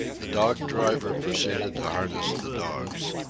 the dog-driver proceeded to harness the dogs.